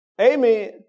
Amen